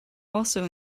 also